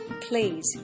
Please